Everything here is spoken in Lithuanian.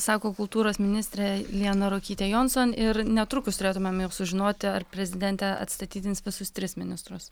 sako kultūros ministrė liana ruokytė jonson ir netrukus turėtumėm jau sužinoti ar prezidentė atstatydins visus tris ministrus